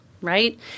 right